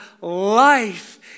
life